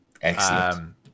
Excellent